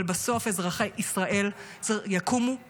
אבל בסוף אזרחי ישראל יקומו בבוקר,